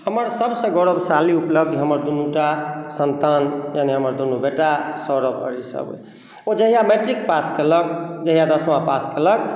हमर सब सऽ गौरवशाली उपलब्धि हमर दुनू टा सन्तान यानि हमर दुनू बेटा सौरव आ रिषभ अछि ओ जहिया मैट्रिक पास केलक जहिया दसमा पास केलक